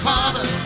Father